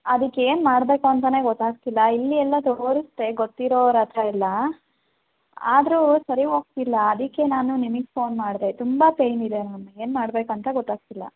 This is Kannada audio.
ಅದಕ್ಕೇನು ಮಾಡ್ಬೇಕು ಅಂತನೇ ಗೊತ್ತಾಗ್ತಿಲ್ಲ ಇಲ್ಲಿ ಎಲ್ಲ ತೋರಿಸ್ದೆ ಗೊತ್ತಿರೋರ ಹತ್ತಿರ ಎಲ್ಲ ಆದರೂ ಸರಿ ಹೋಗ್ತಿಲ್ಲ ಅದಕ್ಕೆ ನಾನು ನಿಮಗೆ ಫೋನ್ ಮಾಡಿದೆ ತುಂಬ ಪೇಯ್ನ್ ಇದೆ ಮ್ಯಾಮ್ ಏನು ಮಾಡಬೇಕಂತ ಗೊತಾಗ್ತಿಲ್ಲ